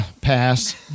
Pass